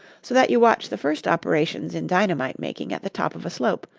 so that you watch the first operations in dynamite-making at the top of a slope,